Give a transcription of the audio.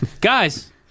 Guys